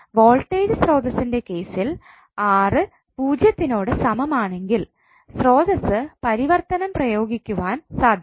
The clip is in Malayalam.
വോൾട്ടേജ് സ്രോതസ്സിൻറെ കേസിൽ R പൂജ്യത്തിനോട് സമം ആണെങ്കിൽ സ്രോതസ്സ് പരിവർത്തനം പ്രയോഗിക്കുവാൻ സാധ്യമല്ല